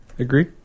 agree